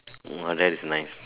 ah that is nice